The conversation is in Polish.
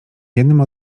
jednym